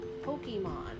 Pokemon